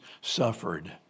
suffered